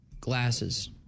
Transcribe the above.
glasses